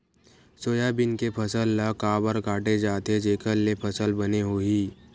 Soybean के फसल ल काबर काटे जाथे जेखर ले फसल बने होही?